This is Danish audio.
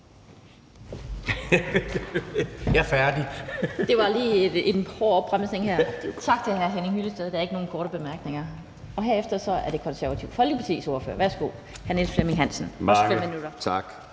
Jeg er færdig!